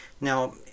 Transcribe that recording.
Now